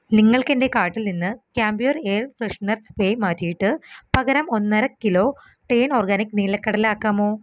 നിങ്ങൾക്കെൻ്റെ കാർട്ടിൽ നിന്ന് camphor air freshener spray മാറ്റിയിട്ട് പകരം ഒന്നര കിലോ ടേൺ ഓർഗാനിക്ക് നീലക്കടല ആക്കാമൊ